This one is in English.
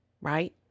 right